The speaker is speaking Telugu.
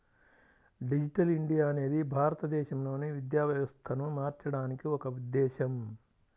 డిజిటల్ ఇండియా అనేది భారతదేశంలోని విద్యా వ్యవస్థను మార్చడానికి ఒక ఉద్ధేశం